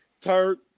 Turk